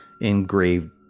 engraved